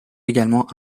également